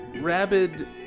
rabid